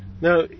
Now